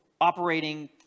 operating